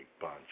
bunch